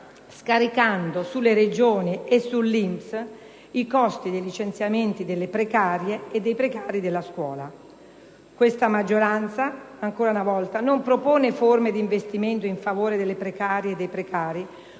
scaricando sulle Regioni e sull'INPS i costi dei licenziamenti delle precarie e dei precari della scuola. Questa maggioranza, ancora una volta, non propone forme di investimento in favore delle precarie e dei precari,